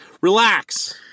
relax